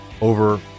over